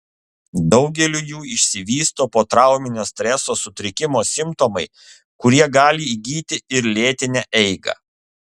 daugeliui jų išsivysto potrauminio streso sutrikimo simptomai kurie gali įgyti ir lėtinę eigą